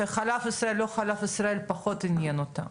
שחלב ישראל או לא חלב ישראל פחות עניין אותם,